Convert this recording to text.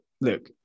look